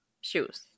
shoes